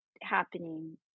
happening